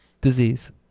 disease